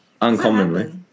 uncommonly